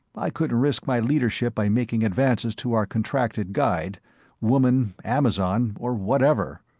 i couldn't risk my leadership by making advances to our contracted guide woman, amazon or whatever!